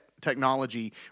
technology